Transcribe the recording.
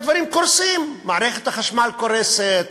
דברים קורסים: מערכת החשמל קורסת,